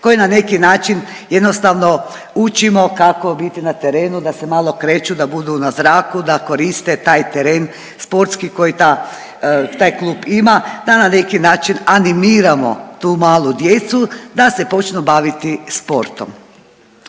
koje na neki način jednostavno učimo kako biti na terenu da se malo kreću, da budu na zraku, da koriste taj teren sportski koji ta, taj klub ima, da na neki način animiramo tu malu djecu da se počnu baviti sportom.